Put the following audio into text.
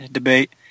debate